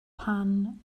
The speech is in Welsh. pan